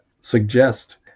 suggest